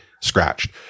Scratched